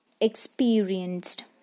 experienced